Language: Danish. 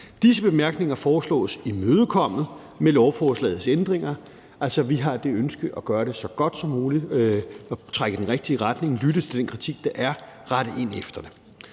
Disse bemærkninger foreslås imødekommet med lovforslagets ændringer. Altså, vi har det ønske at gøre det så godt som muligt og trække i den rigtige retning, at lytte til den kritik, der er, rette ind efter det.